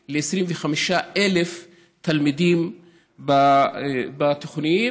20,000 ל-25,000 תלמידים בתיכונים.